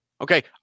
Okay